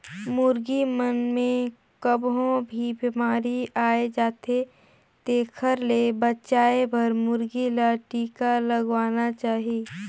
मुरगी मन मे कभों भी बेमारी आय जाथे तेखर ले बचाये बर मुरगी ल टिका लगवाना चाही